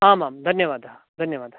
आमाम् धन्यवादः धन्यवादः